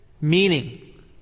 meaning